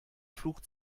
fluch